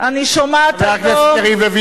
חבר הכנסת יריב לוין,